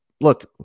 Look